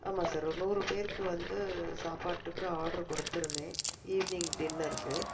ஆமாம் சார் ஒரு நூறு பேருக்கு வந்து சாப்பாட்டுக்கு ஆட்ரு கொடுத்துருந்தேன் ஈவினிங் டின்னருக்கு